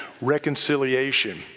Reconciliation